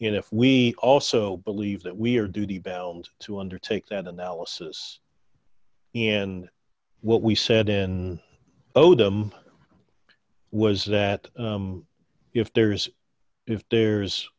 and if we also believe that we are duty bound to undertake that analysis in what we said in odom was that if there's if there's